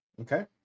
Okay